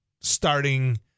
starting